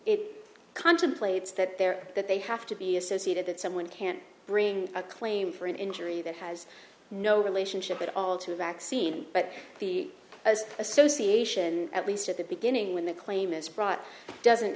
it contemplates that there that they have to be associated that someone can't bring a claim for an injury that has no relationship at all to a vaccine but the association at least at the beginning when the claim is brought doesn't